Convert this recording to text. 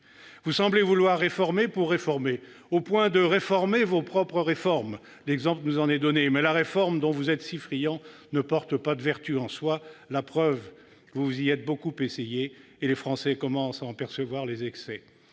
Vous semblez vouloir réformer pour réformer, au point de réformer vos propres réformes. L'exemple nous en est donné, mais la réforme dont vous êtes si friands ne porte pas de vertu en soi. La preuve, vous vous y êtes beaucoup essayés, et les Français commencent à en percevoir les excès.